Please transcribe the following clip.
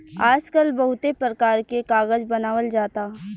आजकल बहुते परकार के कागज बनावल जाता